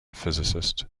physicist